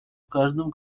каждом